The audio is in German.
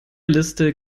liste